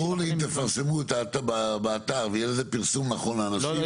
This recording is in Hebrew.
ברור לי שאם תפרסמו את זה באתר ויהיה לזה פרסום נכון האנשים --- לא,